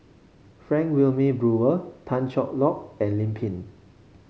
Frank Wilmin Brewer Tan Cheng Lock and Lim Pin